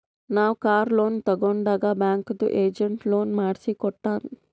ನಾವ್ car loan ತಗೊಂಡಾಗ್ ಬ್ಯಾಂಕ್ದು ಏಜೆಂಟ್ ಲೋನ್ ಮಾಡ್ಸಿ ಕೊಟ್ಟಾನ್